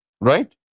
Right